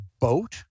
boat